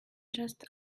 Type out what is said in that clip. just